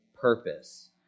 purpose